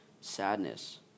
sadness